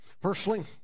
personally